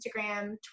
instagram